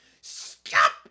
stop